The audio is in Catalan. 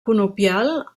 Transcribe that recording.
conopial